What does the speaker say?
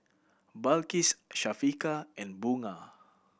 Balqis Syafiqah and Bunga